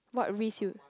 what risk you